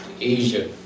Asia